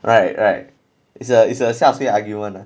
right right it's a it's a siasui argument lah